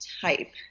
type